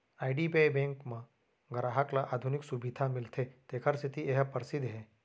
IDBI bank म गराहक ल आधुनिक सुबिधा मिलथे तेखर सेती ए ह परसिद्ध हे